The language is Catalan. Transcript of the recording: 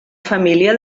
família